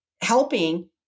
helping